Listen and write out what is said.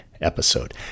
episode